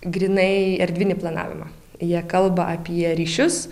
grynai erdvinį planavimą jie kalba apie ryšius